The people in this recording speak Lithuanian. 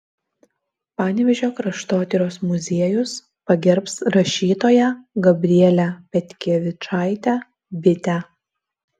panevėžio kraštotyros muziejus pagerbs rašytoją gabrielę petkevičaitę bitę